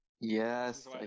Yes